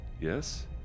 yes